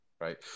right